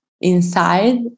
inside